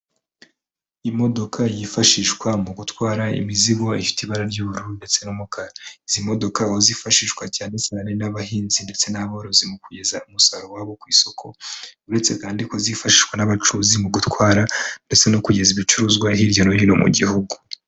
Imodoka yifashishwa mu gutwara imizigo ifite ibara ry'ubururu ndetse n'umukara, izi modoka aho zifashishwa cyane cyane n'abahinzi ndetse n'aborozi mu kugeza umusaruro wabo ku isoko, uretse kandi ko zifashishwa n'abacuruzi mu gutwara ndetse no kugeza ibicuruzwa hirya no hino mu gihugu.